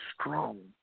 strong